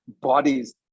bodies